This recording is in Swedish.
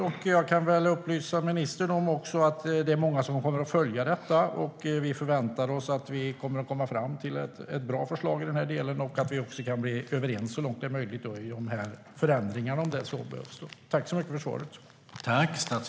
Jag kan väl också upplysa ministern om att det är många som kommer att följa detta. Vi förväntar oss att vi kommer att komma fram till ett bra förslag i den här delen och att vi så långt det är möjligt kan bli överens om de här förändringarna, om det behövs.